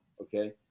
okay